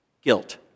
Guilt